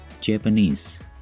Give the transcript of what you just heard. Japanese